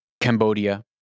Cambodia